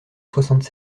soixante